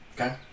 Okay